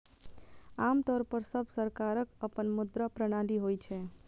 आम तौर पर सब सरकारक अपन मुद्रा प्रणाली होइ छै